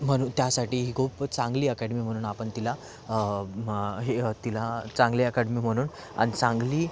म्हणून त्यासाठी ही खूप चांगली अकॅडेमी म्हणून आपण तिला हे तिला चांगली अकॅडेमी म्हणून आणि चांगली